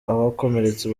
abakomeretse